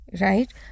right